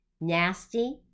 nasty